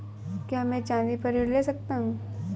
क्या मैं चाँदी पर ऋण ले सकता हूँ?